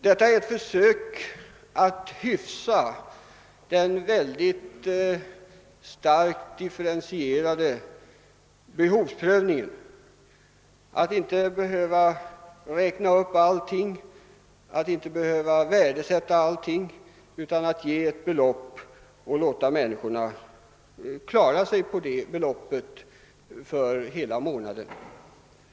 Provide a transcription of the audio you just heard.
Detta är ett försök att hyfsa den starkt differentierade behovsprövningen, att inte behöva räkna allting och inte behöva värdesätta allting utan ge ett belopp och låta människorna klara sig på det beloppet hela månaden.